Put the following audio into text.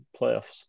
playoffs